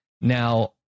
Now